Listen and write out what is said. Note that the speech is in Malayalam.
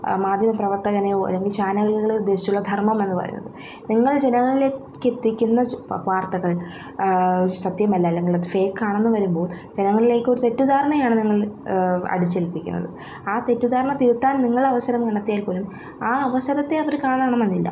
മാധ്യമ പ്രവർത്തകനെയോ അല്ലെങ്കിൽ ചാനലുകളെയോ ഉദ്ദേശിച്ചുള്ള ധർമം എന്ന് പറയുന്നത് നിങ്ങൾ ജനങ്ങളിലേക്കെത്തിക്കുന്ന വാർത്തകൾ സത്യമല്ല അല്ലെങ്കിൽ അത് ഫേക്ക് ആണെന്ന് വരുമ്പോൾ ജനങ്ങളിലേക്ക് ഒരു തെറ്റിദ്ധാരണയാണ് നിങ്ങൾ അടിച്ചേൽപ്പിക്കുന്നത് ആ തെറ്റിദ്ധാരണ തിരുത്താൻ നിങ്ങൾ അവസരം കണ്ടെത്തിയാൽ പോലും ആ അവസരത്തെ അവർ കാണണം എന്നില്ല